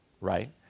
Right